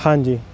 ਹਾਂਜੀ